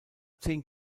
zehn